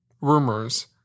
rumors